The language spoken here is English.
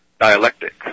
dialectic